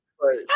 Right